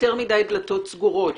יותר מדי דלתות סגורות,